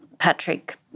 Patrick